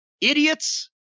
idiots